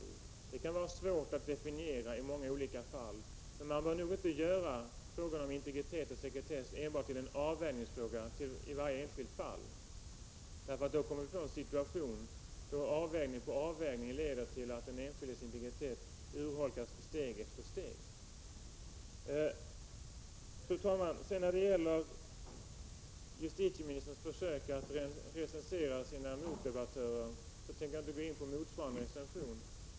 Det kan i många olika fall vara svårt att definiera, men man bör nog inte göra frågan om integritet och sekretess enbart till en avvägningsfråga i varje enskilt fall. Då kommer man nämligen att få en situation där avvägning på avvägning leder till att den enskildes integritet urholkas steg för steg. Fru talman! När det sedan gäller justitieministerns försök att recensera sina motdebattörer tänker jag inte gå in på motsvarande recension.